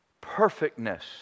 perfectness